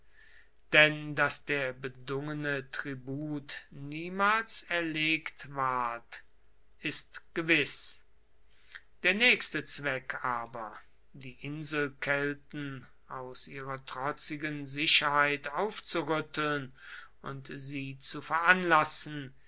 denn daß der bedungene tribut niemals erlegt ward ist gewiß der nächste zweck aber die inselkelten aus ihrer trotzigen sicherheit aufzurütteln und sie zu veranlassen